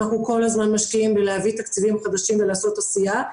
אנחנו כל הזמן משקיעים בלהביא תקציבים חדשים ולעשות עשייה.